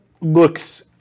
looks